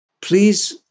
Please